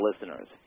listeners